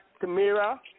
Tamira